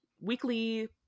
weekly